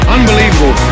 Unbelievable